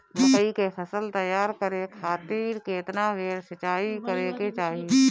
मकई के फसल तैयार करे खातीर केतना बेर सिचाई करे के चाही?